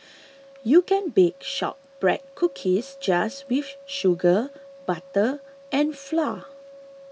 you can bake Shortbread Cookies just with sugar butter and flour